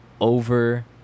over